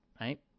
right